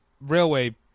railway